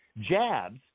jabs